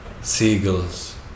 seagulls